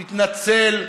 תתנצל.